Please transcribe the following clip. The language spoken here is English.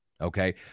Okay